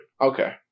Okay